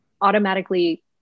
automatically